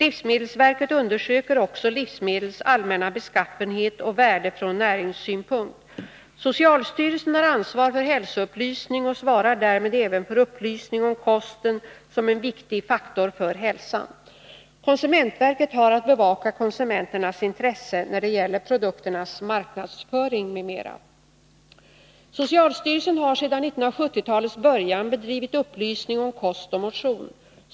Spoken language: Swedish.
Livsmedelsverket undersöker också livsmedels allmänna beskaffenhet och värde från näringssynpunkt. Socialstyrelsen har ansvar för hälsoupplysning och svarar därmed även för upplysning om kosten som en viktig faktor för hälsan. Konsumentverket har att bevaka konsumenternas intresse när det gäller produkternas marknadsföring m.m. Socialstyrelsen har sedan 1970-talets början bedrivit upplysning om kost och motion.